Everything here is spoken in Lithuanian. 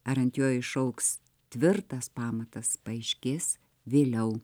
ar ant jo išaugs tvirtas pamatas paaiškės vėliau